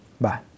bye